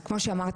אז כמו שאמרתי,